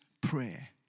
prayer